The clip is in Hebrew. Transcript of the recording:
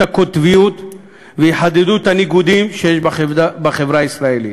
הקוטביות ויחדדו את הניגודים שיש בחברה הישראלית.